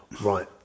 Right